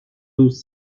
douze